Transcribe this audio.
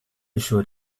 should